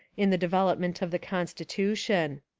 in the development of the constitution.